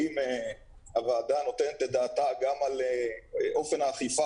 האם הוועדה נותנת את דעתה גם על אופן האכיפה